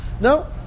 No